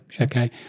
Okay